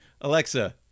Alexa